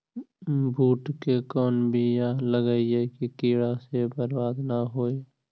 बुंट के कौन बियाह लगइयै कि कीड़ा से बरबाद न हो?